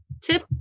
Tip